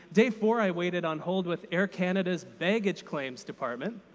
day four, i waited on hold with air canada's baggage claims department.